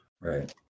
Right